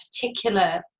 particular